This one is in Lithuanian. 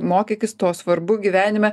mokykis to svarbu gyvenime